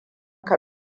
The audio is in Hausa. ka